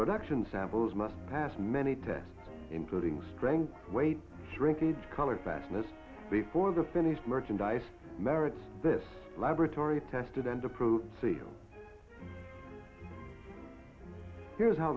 production samples must pass many tests including strength weight shrinkage color fastness all the finished merchandise merits this laboratory tested and approved seal here's how